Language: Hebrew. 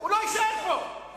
הוא לא יישאר פה.